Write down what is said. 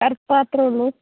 കറുപ്പ് മാത്രം ഉള്ളൂ